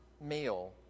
meal